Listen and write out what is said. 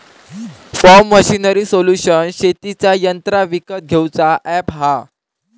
form machinery solution शेतीची यंत्रा विकत घेऊचा अॅप हा